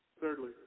Thirdly